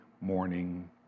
morning